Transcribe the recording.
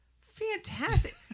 Fantastic